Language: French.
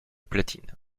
platine